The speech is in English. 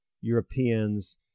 Europeans